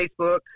Facebook